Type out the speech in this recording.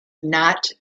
not